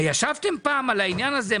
ישבתם פעם על העניין הזה,